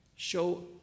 Show